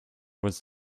was